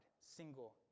single